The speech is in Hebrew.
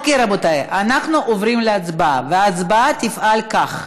רבותיי, אנחנו עוברים להצבעה, וההצבעה תפעל כך: